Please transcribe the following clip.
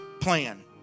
plan